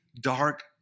dark